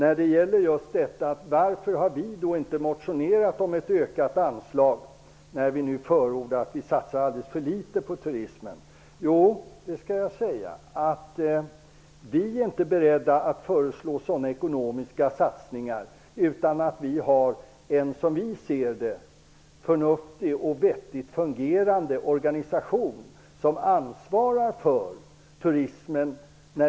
Varför har vi nydemokrater då inte motionerat om ett ökat anslag när vi nu menar att det satsas alldeles för litet på turismen? Jo, det skall jag säga. Vi är inte beredda att föreslå sådana ekonomiska satsningar utan att det finns en, som vi ser det, förnuftig och vettigt fungerande organisation som ansvarar för turismen.